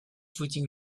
footing